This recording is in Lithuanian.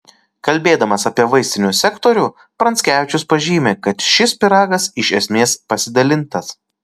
kalbėdamas apie vaistinių sektorių pranckevičius pažymi kad šis pyragas iš esmės pasidalintas